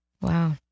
Wow